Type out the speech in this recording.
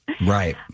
Right